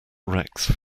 rex